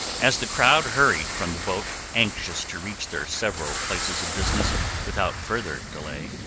as the crowd hurried from the boat, anxious to reach their several places of business without further delay,